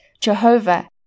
Jehovah